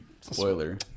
spoiler